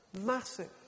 massive